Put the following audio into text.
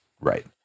right